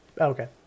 Okay